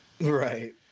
Right